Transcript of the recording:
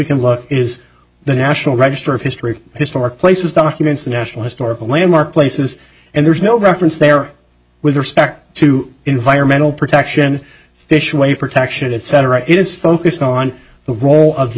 can look is the national register of history historic places documents national historical landmark places and there's no reference there with respect to environmental protection fish wafer tech shooting cetera it is focused on the role of the